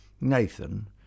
Nathan